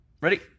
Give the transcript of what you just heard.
Ready